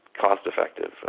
cost-effective